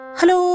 Hello